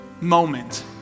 moment